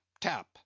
tap